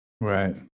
Right